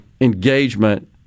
engagement